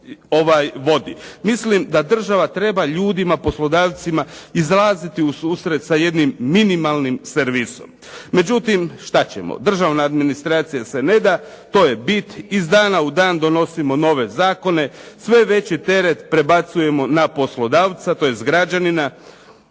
Mislim da država treba ljudima poslodavcima izlaziti u susret sa jednim minimalnim servisom. Međutim, šta ćemo, državna administracija se ne da, to je bit, iz dana u dan donosimo nove zakone, sve veći teret prebacujemo na poslodavca, tj. građanina.